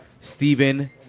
Stephen